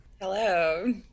Hello